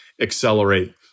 accelerate